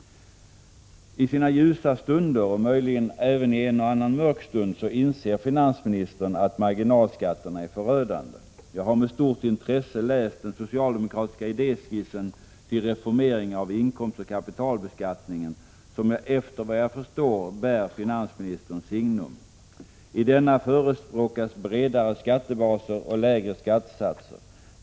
I sina ljusa stunder — och möjligen även i en och annan mörk stund — inser finansministern att marginalskatterna är förödande. Jag har med stort intresse läst den socialdemokratiska idéskiss till reformering av inkomstoch kapitalbeskattningen som efter vad jag förstår bär finansministerns signum. I denna förespråkas bredare skattebaser och lägre skattesatser.